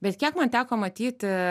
bet kiek man teko matyti